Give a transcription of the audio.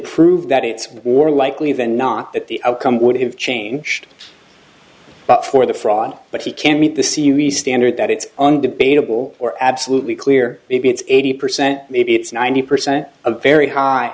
prove that it's more likely than not that the outcome would have changed but for the fraud but he can't meet the series standard that it's undebatable or absolutely clear maybe it's eighty percent maybe it's ninety percent a very high